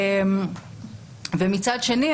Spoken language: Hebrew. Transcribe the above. מצד שני,